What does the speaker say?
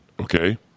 Okay